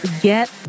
get